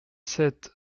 sept